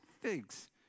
figs